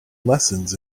lessons